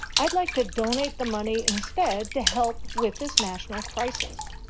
i'd like to donate the money instead to help with this national crisis.